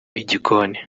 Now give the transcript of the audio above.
igikoni